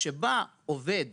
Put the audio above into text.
כשבא עובד